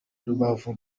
rubavu